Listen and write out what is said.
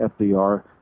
FDR